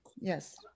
Yes